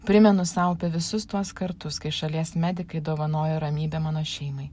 primenu sau apie visus tuos kartus kai šalies medikai dovanojo ramybę mano šeimai